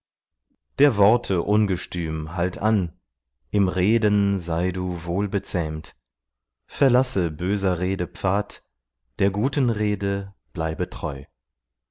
der worte ungestüm halt an im reden sei du wohlbezähmt verlasse böser rede pfad der guten rede bleibe treu